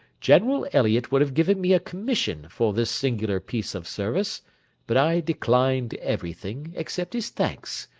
general elliot would have given me a commission for this singular piece of service but i declined everything, except his thanks,